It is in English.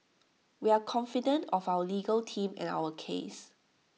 we are confident of our legal team and our case